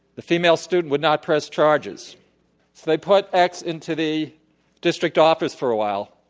the female student would not press charges. so they put x into the district office for a while,